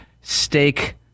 steak